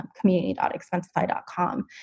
community.expensify.com